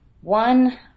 One